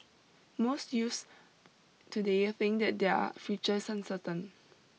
most youths today think that their future is uncertain